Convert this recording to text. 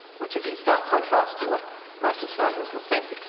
which is in stark contrast to what most australians would think.